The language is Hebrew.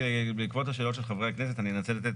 בעקבות השאלות של חברי הכנסת אני אנסה לתת